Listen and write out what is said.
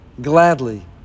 gladly